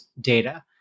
data